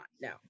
No